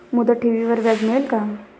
मुदत ठेवीवर व्याज मिळेल का?